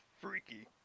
freaky